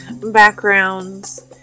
backgrounds